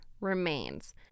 remains